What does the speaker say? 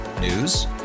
News